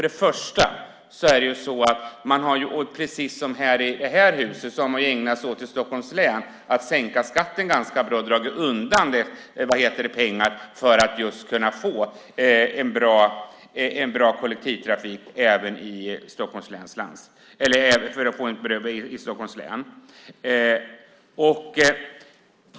Man har i Stockholms län, precis som i det här huset, ägnat sig åt att sänka skatten ganska bra och att dra undan pengar för att just kunna få en bra kollektivtrafik även i Stockholms län.